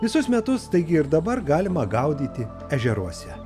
visus metus taigi ir dabar galima gaudyti ežeruose